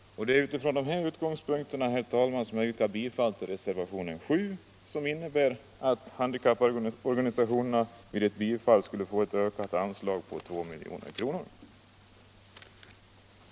Det är från dessa utgångspunkter, herr talman, som jag yrkar bifall till reservationen 7. Denna innebär att handikapporganisationerna skulle få ett med 2 milj.kr. ökat anslag.